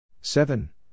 seven